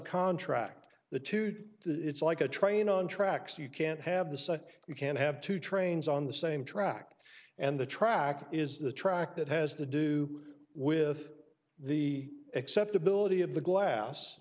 subcontract the two it's like a train on tracks you can't have the sun you can't have two trains on the same track and the track is the track that has to do with the acceptability of the glass